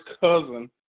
cousin